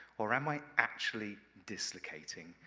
or am i actually dislocating?